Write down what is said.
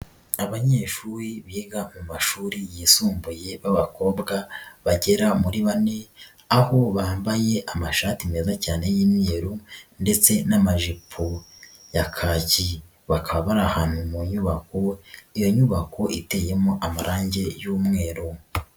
Abanyeshuri biga mu mashuri yisumbuye b'abakobwa bagera muri bane, aho bambaye amashati meza cyane y'imyeru ndetse n'amajipo ya kaki, bakaba bari ahantu mu nyubako iyo nyubako iteyemo amarangi y'umweru.